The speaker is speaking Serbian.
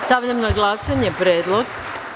Stavljam na glasanje predlog.